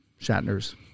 shatner's